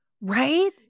Right